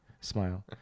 smile